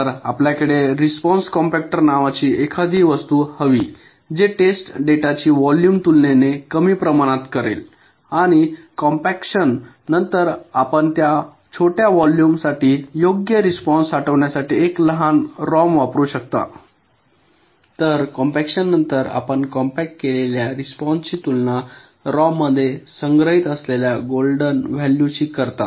तर आपल्याकडे response compactor नावाची एखादी वस्तू हवी जे टेस्ट डेटाची व्हॉल्यूम तुलनेने कमी प्रमाणात कमी करेल आणि कॉम्पॅक्शन नंतर आपण त्या छोट्या व्हॉल्युम साठी योग्य रिस्पॉन्स साठवण्यासाठी एक लहान रॉम वापरू शकता तर कॉम्पॅक्शननंतर आपण कॉम्पॅक्ट केलेल्या रिस्पॉन्स ची तुलना रॉममध्ये संग्रहीत असलेल्या गोल्डन व्हॅल्यू शी करता